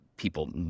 People